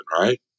right